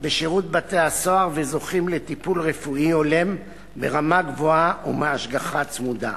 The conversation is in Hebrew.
בשירות בתי-הסוהר וזוכים לטיפול רפואי הולם ברמה גבוהה ולהשגחה צמודה.